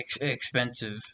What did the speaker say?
expensive